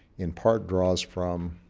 in part draws from